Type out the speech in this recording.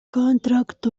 contract